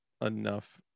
enough